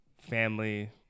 family